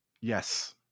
Yes